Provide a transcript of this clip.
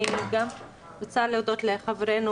אני רוצה להודות לחברנו,